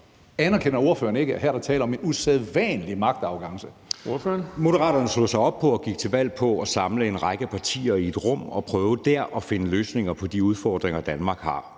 Bonnesen): Ordføreren. Kl. 15:09 Jeppe Søe (M): Moderaterne slog sig op på og gik til valg på at samle en række partier i et rum og prøve dér at finde løsninger på de udfordringer, Danmark har.